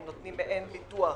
הם נותנים מעין ביטוח